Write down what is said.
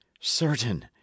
certain